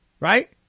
Right